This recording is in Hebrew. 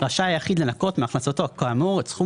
רשאי היחיד לנכות מהכנסתו כאמור את סכום